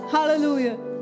Hallelujah